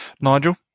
nigel